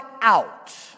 out